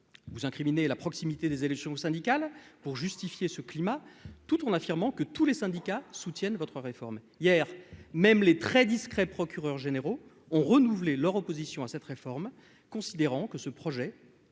Vous incriminez la proximité des élections syndicales pour justifier ce climat, tout en affirmant que l'ensemble des syndicats soutient votre réforme ... Hier, même les très discrets procureurs généraux ont renouvelé leur opposition à cette réforme, considérant que ce projet